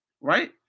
Right